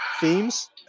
themes